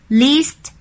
least